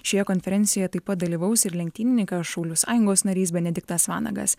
šioje konferencijoje taip pat dalyvaus ir lenktynininkas šaulių sąjungos narys benediktas vanagas